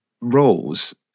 roles